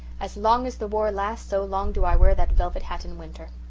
as long as the war lasts so long do i wear that velvet hat in winter.